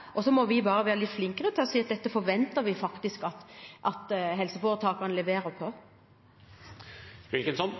er så enkelt som det. En trenger ikke nødvendigvis å stemme for et nytt forslag, for dette ligger allerede til grunn. Vi må bare være litt flinkere til å si at dette forventer vi at helseforetakene leverer på. «Fram